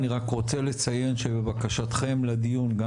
אני רק רוצה לציין שבבקשתכם לדיון גם